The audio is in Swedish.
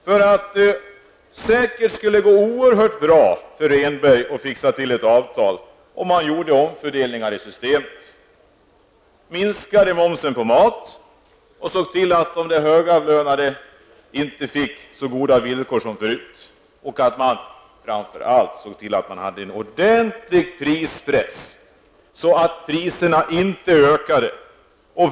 Det skulle säkert gå bra för Rehnberg att fixa till ett avtal om man gjorde omfördelningar i systemet, minskade momsen på maten och såg till att de högavlönade inte fick så goda villkor som de nu har fått. Framför allt bör man se till att vi får en ordentlig prispress så att priserna inte ökar.